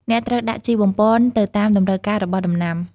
អ្នកត្រូវដាក់ជីបំប៉នទៅតាមតម្រូវការរបស់ដំណាំ។